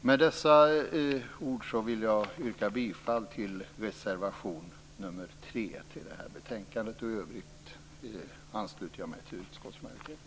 Med dessa ord vill jag yrka bifall till reservation nr 3 i det här betänkandet. I övrigt ansluter jag mig till utskottsmajoriteten.